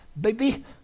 Baby